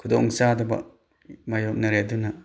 ꯈꯨꯗꯣꯡ ꯆꯥꯗꯕ ꯃꯥꯏꯌꯣꯛꯅꯔꯦ ꯑꯗꯨꯅ